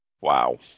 Wow